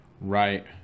Right